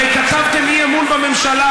הרי כתבתם באי-אמון בממשלה: